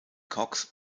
cox